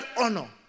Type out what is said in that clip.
honor